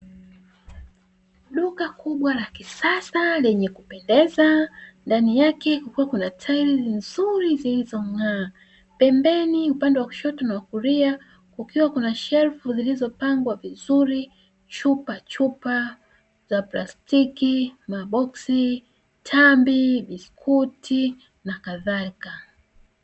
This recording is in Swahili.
Duka kubwa la kisasa lenye kupendeza, ndani yake kukiwa kuna tailizi nzuri zilizo ng’aa; pembeni upande wa kushoto na wa kulia kukiwa kuna shelfu zilizopangwa vizuri, chupa chupa za plastiki, maboksi, tambi, biskuti na kazalika.